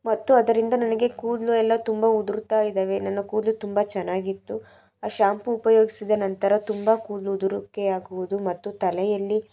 ಮತ್ತು ಅದರಿಂದ ನನಗೆ ಕೂದಲು ಎಲ್ಲ ತುಂಬ ಉದುರುತ್ತಾ ಇದ್ದಾವೆ ನನ್ನ ಕೂದಲು ತುಂಬ ಚೆನ್ನಾಗಿತ್ತು ಆ ಶಾಂಪು ಉಪಯೋಗಿಸಿದ ನಂತರ ತುಂಬ ಕೂದ್ಲು ಉದುರುವಿಕೆ ಆಗುವುದು ಮತ್ತು ತಲೆಯಲ್ಲಿ